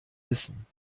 wissen